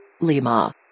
Lima